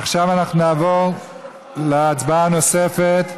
עכשיו אנחנו נעבור להצבעה הנוספת,